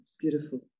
beautiful